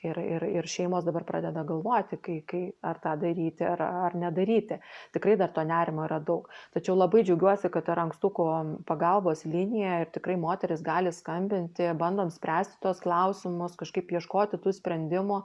ir ir ir šeimos dabar pradeda galvoti kai kai ar tą daryti ar ar nedaryti tikrai dar to nerimo yra daug tačiau labai džiaugiuosi kad yra ankstukų pagalbos linija ir tikrai moterys gali skambinti bandom spręsti tuos klausimus kažkaip ieškoti tų sprendimų